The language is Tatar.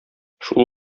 шул